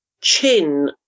chin